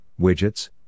widgets